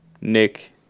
Nick